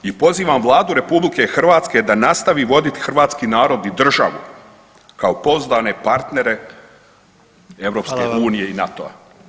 I pozivam Vladu RH da nastavi voditi hrvatski narod i državu kao pouzdane partnere EU i [[Upadica: Hvala vam.]] NATO-a.